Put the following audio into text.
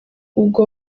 ubwo